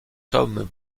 tom